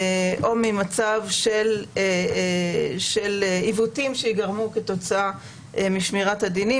או ממצב של עיוותים שייגרמו כתוצאה משמירת הדינים,